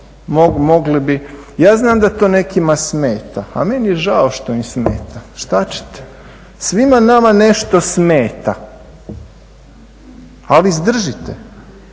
Ja znam da to nekima smeta, a meni je žao što im smeta, šta ćete. Svima nama nešto smeta, ali izdržite.